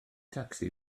tacsi